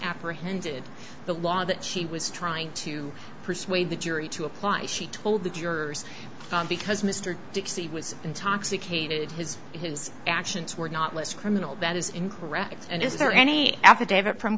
misapprehended the law that she was trying to persuade the jury to apply she told the jurors because mr dixey was intoxicated his his actions were not list criminal that is incorrect and is there any affidavit from